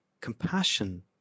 compassion